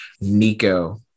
Nico